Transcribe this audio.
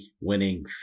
winning